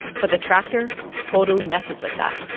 but the tractor totally messes with that.